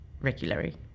regularly